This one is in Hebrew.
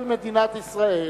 של מדינת ישראל.